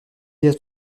est